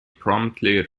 promptly